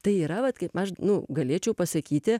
tai yra vat kaip aš nu galėčiau pasakyti